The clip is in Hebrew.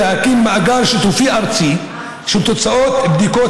הקמת מאגר שיתופי ארצי של תוצאות בדיקות